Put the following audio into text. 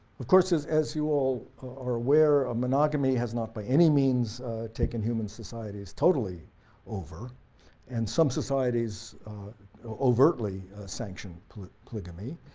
of course, as you all are aware, ah monogamy has not by any means taken human societies totally over and some societies overtly sanction polygamy,